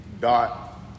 dot